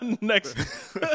Next